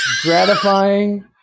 gratifying